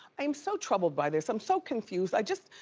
i am so troubled by this, i'm so confused, i just,